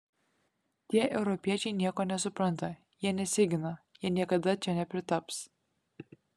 tie europiečiai nieko nesupranta jie nesigina jie niekada čia nepritaps